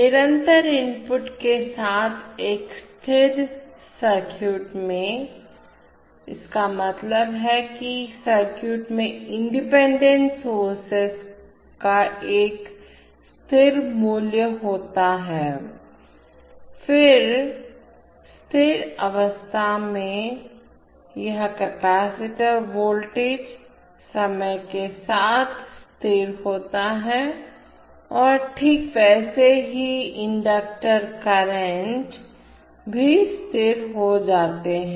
निरंतर इनपुट के साथ एक स्थिर सर्किट में इसका मतलब है कि सर्किट में इंडिपेंडेंट सोर्सेज का एक स्थिर मूल्य होता है फिर स्थिर अवस्था में यह कैपेसिटर वोल्टेज समय के साथ स्थिर होता है और ठीक वैसे ही इंडक्टर करंट भी स्थिर हो जाते हैं